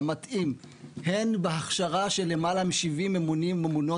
המתאים הן בהכשרה של למעלה מ-70 ממונים וממונות